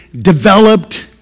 developed